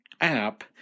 app